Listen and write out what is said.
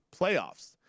playoffs